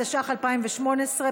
התשע"ח 2018,